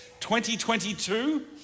2022